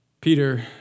Peter